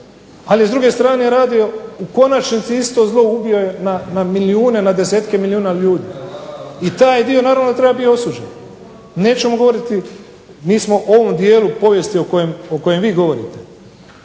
Ali, s druge strane je radio u konačnici isto zlo, ubio je na milijune, na desetke milijuna ljudi. I taj dio naravno da treba biti osuđen. Nećemo govoriti, mi smo ovom dijelu povijesti o kojem vi govorite,